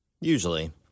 Usually